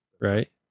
right